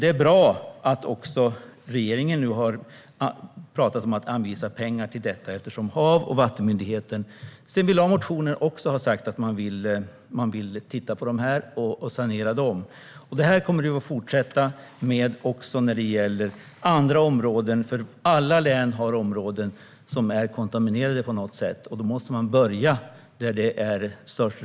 Det är bra att också regeringen har talat om att anvisa pengar hit eftersom Havs och vattenmyndigheten har sagt att den vill titta på detta och genomföra en sanering. Även enskilda motioner har tagit upp detta. Så här kommer vi att fortsätta eftersom alla län har områden som på något sätt är kontaminerade. Man måste börja där risken är störst.